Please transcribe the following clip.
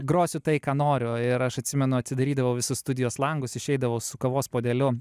grosiu tai ką noriu ir aš atsimenu atsidarydavau visus studijos langus išeidavau su kavos puodeliu